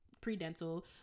pre-dental